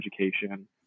education